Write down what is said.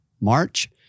March